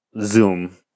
Zoom